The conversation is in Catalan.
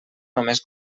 només